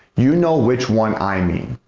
you know which one i mean.